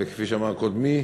וכפי שאמר קודמי,